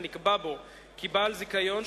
ונקבע בו כי בעל זיכיון,